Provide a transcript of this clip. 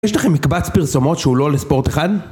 יש לכם מקבץ פרסומות שהוא לא לספורט 1?